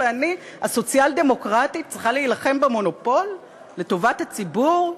ואני הסוציאל-דמוקרטית צריכה להילחם במונופול לטובת הציבור?